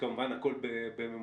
כמובן הכול בממוצעים,